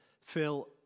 Phil